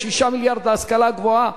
6 מיליארד להשכלה גבוהה,